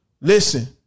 Listen